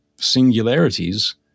singularities